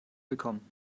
willkommen